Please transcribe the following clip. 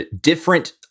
different